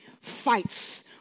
fights